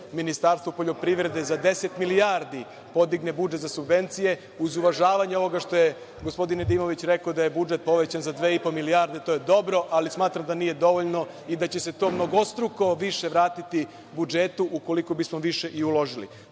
Ministarstvo poljoprivrede za deset milijardi podigne budžet za subvencije uz uvažavanje ovoga što je gospodin Nedimović rekao da je budžet povećan za dve i po milijarde. To je dobro, ali smatram da nije dovoljno i da će se to mnogostruko više vratiti budžetu ukoliko bismo više i uložili. Takođe,